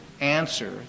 answer